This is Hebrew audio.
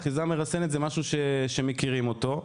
אחיזה מרוסנת זה משהו שהם מכירים אותו.